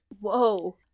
Whoa